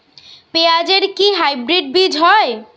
পেঁয়াজ এর কি হাইব্রিড বীজ হয়?